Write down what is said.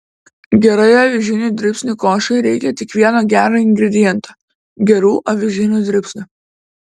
gerai avižinių dribsnių košei reikia tik vieno gero ingrediento gerų avižinių dribsnių